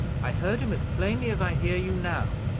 i heard him as plainly as i hear you now.